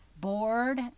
bored